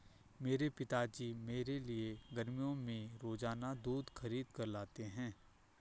मेरे पिताजी मेरे लिए गर्मियों में रोजाना दूध खरीद कर लाते हैं